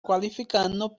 qualificano